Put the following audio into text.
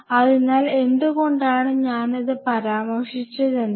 അതിനാൽ എന്തുകൊണ്ടാണ് ഞാൻ ഇത് പരാമർശിച്ചതെന്നാൽ